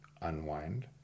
unwind